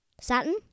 Saturn